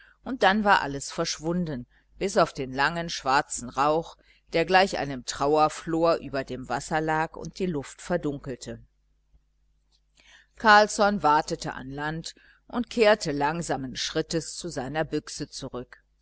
und dann war alles verschwunden bis auf den langen schwarzen rauch der gleich einem trauerflor über dem wasser lag und die luft verdunkelte carlsson watete an land und kehrte langsamen schrittes zu seiner büchse zurück